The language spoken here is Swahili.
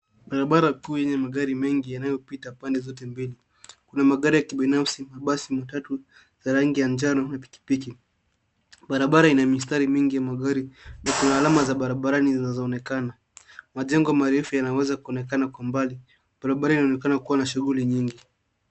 Barabara kuu yenye magari mengi yanayo pita pande zote mbili. Kuna magari ya kibinafsi, mabasi matatu za rangi ya njano na pikipiki. Barabara ina mistari mingi ya magari na kuna alama za barabarani zinazoonekana. Majengo marefu yanaweza kuonekana kwa umbali. Barabara inaonekana kuwa na shughuli nyingi.